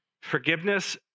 forgiveness